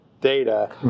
data